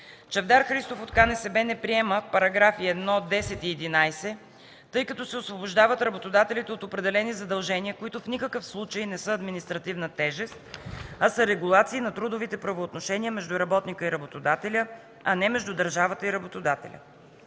Чавдар Христов от КНСБ не приема параграфи 1, 10 и 11, тъй като работодателите се освобождават от определени задължения, които в никакъв случай не са административна тежест, а са регулации на трудовите правоотношения между работника и работодателя, а не между държавата и работодателя.